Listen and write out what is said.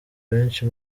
benshi